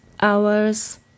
hours